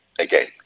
Again